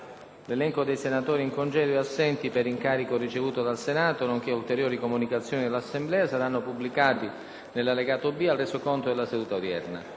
L'elenco dei senatori in congedo e assenti per incarico ricevuto dal Senato nonché ulteriori comunicazioni all'Assemblea saranno pubblicati nell'allegato B al Resoconto della seduta odierna.